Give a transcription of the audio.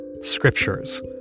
Scriptures